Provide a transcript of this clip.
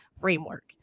framework